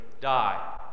die